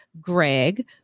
Greg